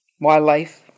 wildlife